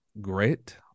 great